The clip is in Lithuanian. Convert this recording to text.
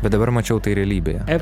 bet dabar mačiau tai realybėje